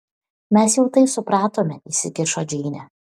mes jau tai supratome įsikišo džeinė